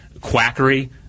quackery